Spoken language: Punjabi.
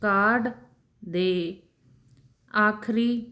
ਕਾਰਡ ਦੇ ਆਖਰੀ